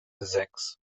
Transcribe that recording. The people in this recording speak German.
sechs